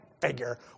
figure